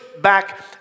back